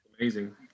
amazing